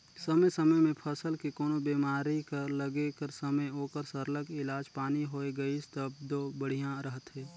समे समे में फसल के कोनो बेमारी कर लगे कर समे ओकर सरलग इलाज पानी होए गइस तब दो बड़िहा रहथे